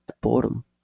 boredom